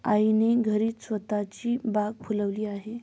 आईने घरीच स्वतःची बाग फुलवली आहे